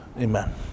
amen